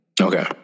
okay